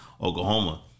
Oklahoma